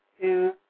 two